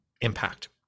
impact